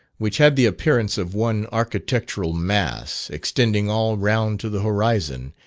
which had the appearance of one architectural mass, extending all round to the horizon,